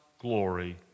glory